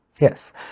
Yes